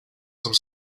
some